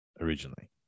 originally